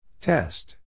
Test